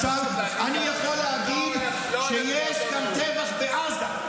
עכשיו, אני יכול להגיד שיש גם טבח בעזה.